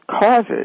causes